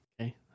Okay